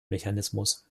mechanismus